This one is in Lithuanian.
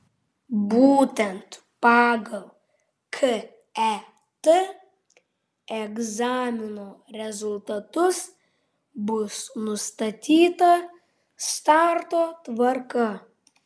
būtent pagal ket egzamino rezultatus bus nustatyta starto tvarka